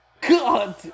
God